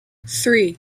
three